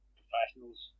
professionals